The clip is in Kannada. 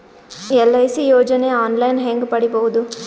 ಎಲ್.ಐ.ಸಿ ಯೋಜನೆ ಆನ್ ಲೈನ್ ಹೇಂಗ ಪಡಿಬಹುದು?